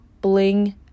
Bling